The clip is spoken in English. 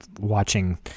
watching